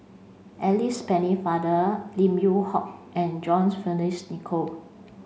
Alice Pennefather Lim Yew Hock and John Fearns Nicoll